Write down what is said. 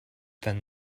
than